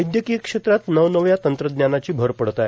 वैद्यकीय क्षेत्रात नवनव्या तंत्रज्ञानाची भर पडत आहे